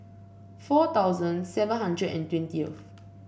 four thousand seven hundred and twentieth